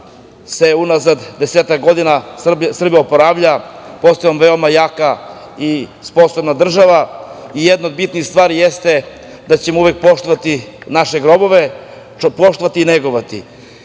ojača. Unazad desetak godina Srbija se oporavlja, postajemo veoma jaka i sposobna država. Jedna od bitnih stvari jeste da ćemo uvek poštovati naše grobove, poštovati i negovati. Ovaj